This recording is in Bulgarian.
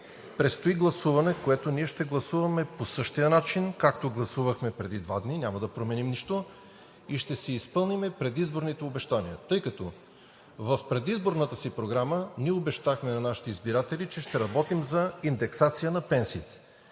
предстои гласуване, в което ние ще гласуваме по същия начин, както гласувахме преди два дни, няма да променим нищо и ще си изпълним предизборните обещания. Тъй като в предизборната си програма обещахме на нашите избиратели, че ще работим за индексация на пенсиите,